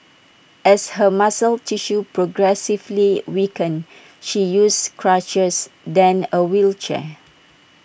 as her muscle tissue progressively weakened she used crutches then A wheelchair